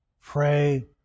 Pray